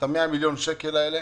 את 100 מיליון השקלים האלה,